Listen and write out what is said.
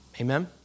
Amen